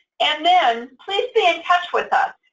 and then please be in touch with us.